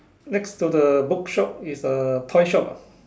next to the book shop is a toy shop